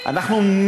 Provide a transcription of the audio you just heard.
פה.